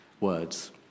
words